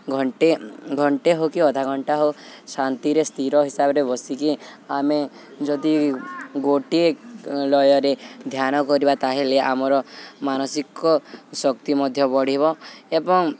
ଘଣ୍ଟେ ଘଣ୍ଟେ ହଉ କି ଅଧା ଘଣ୍ଟା ହଉ ଶାନ୍ତିରେ ସ୍ଥିର ହିସାବରେ ବସିକି ଆମେ ଯଦି ଗୋଟିଏ ଲୟରେ ଧ୍ୟାନ କରିବା ତା'ହେଲେ ଆମର ମାନସିକ ଶକ୍ତି ମଧ୍ୟ ବଢ଼ିବ ଏବଂ